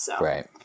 Right